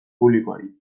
publikoari